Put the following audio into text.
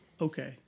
Okay